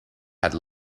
had